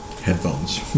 headphones